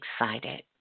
excited